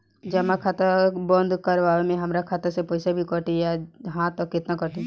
जमा खाता बंद करवावे मे हमरा खाता से पईसा भी कटी यदि हा त केतना कटी?